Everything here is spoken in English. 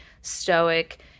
stoic